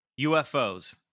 UFOs